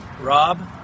Rob